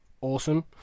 awesome